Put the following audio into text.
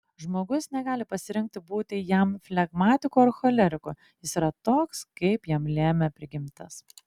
žmogus negali pasirinkti būti jam flegmatiku ar choleriku jis yra toks kaip jam lėmė prigimtis